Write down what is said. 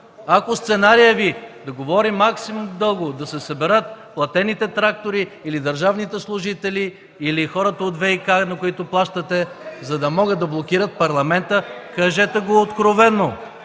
Ако сценарият Ви да говорим максимум дълго, да се съберат платените трактори или държавните служители, или хората от ВиК, на които плащате, за да могат да блокират парламента, кажете го откровено.